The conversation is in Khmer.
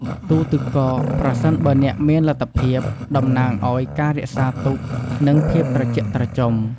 ទូទឹកកក ប្រសិនបើអ្នកមានលទ្ធភាព តំណាងឲ្យ ការរក្សាទុក និង ភាពត្រជាក់ត្រជុំ។